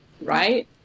right